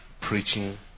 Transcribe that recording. preaching